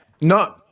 No